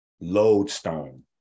lodestone